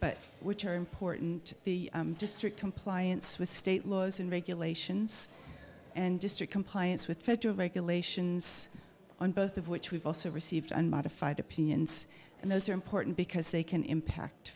but which are important to the district compliance with state laws and regulations and district compliance with federal regulations on both of which we've also received unmodified opinions and those are important because they can impact